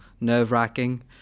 nerve-wracking